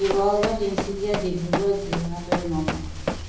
শিৱসাগৰ তিনিচুকীয়া ডিব্ৰুগড় যোৰহাটেৰে নগাঁও